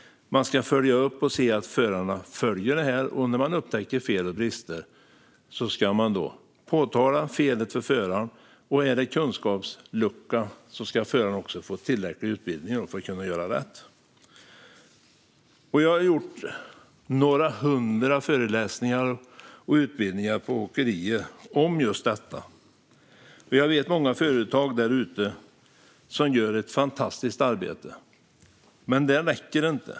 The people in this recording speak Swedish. Man ska också följa upp att förarna gör det, och när man upptäcker fel och brister ska man påtala felet för föraren. Handlar det om en kunskapslucka ska föraren få tillräcklig utbildning för att kunna göra rätt. Jag har gjort några hundra föreläsningar och utbildningar på åkerier om just detta. Jag vet också många företag där ute som gör ett fantastiskt arbete. Men det räcker inte.